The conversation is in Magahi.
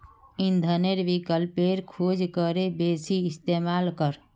इंधनेर विकल्पेर खोज करे बेसी इस्तेमाल कर